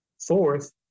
fourth